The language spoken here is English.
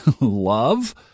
love